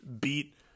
beat